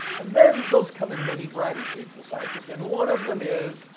and then those come in many varieties shapes and sizes. and one of them is,